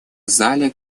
зале